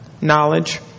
Knowledge